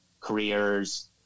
careers